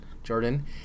Jordan